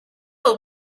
will